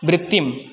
वृत्तिम्